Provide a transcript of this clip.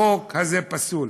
החוק הזה פסול.